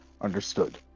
understood